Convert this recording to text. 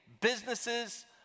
businesses